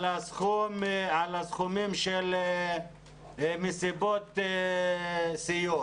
הסכומים של מסיבות סיום.